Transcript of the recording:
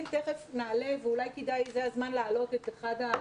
עם כיתות רגילות,